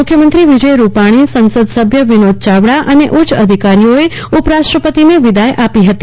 મુખ્યમંત્રી વિજય રૂપની સંસદ સભ્ય વિનોદ ચાવડા અને ઉચ્ચઅધિકારીઓ ઉપરાષ્ટ્રપતિને વિદાય આપી હતી